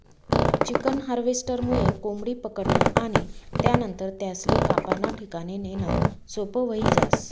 chicken हार्वेस्टरमुये कोंबडी पकडनं आणि त्यानंतर त्यासले कापाना ठिकाणे नेणं सोपं व्हयी जास